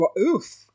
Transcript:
oof